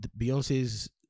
Beyonce's